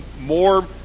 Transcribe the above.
more